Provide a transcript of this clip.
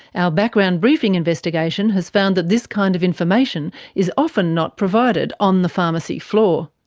our background briefing investigation has found that this kind of information is often not provided on the pharmacy floor.